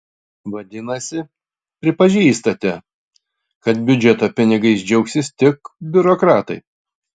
vadinasi pripažįstate kad biudžeto pinigais džiaugsis tik biurokratai